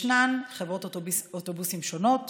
ישנן חברות אוטובוסים שונות,